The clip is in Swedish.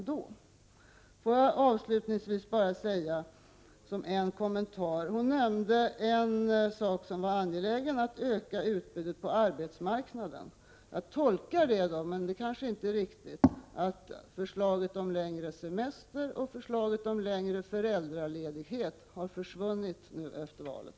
Låt mig avslutningsvis bara kommentera det faktum att Anna-Greta Leijon nämnde att det var angeläget att öka utbudet på arbetsmarknaden. Jag tolkar det så — det kanske inte är riktigt — att förslaget om längre semester och förslaget om längre föräldraledighet har försvunnit nu efter valet.